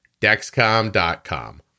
Dexcom.com